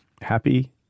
Happy